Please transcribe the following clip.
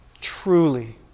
truly